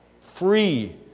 Free